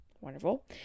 Wonderful